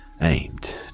aimed